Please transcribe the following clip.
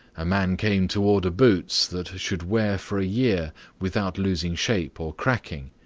a man came to order boots that should wear for a year without losing shape or cracking.